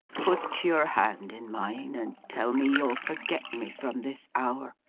put your hand in mine, and tell me you'll forget me from this hour,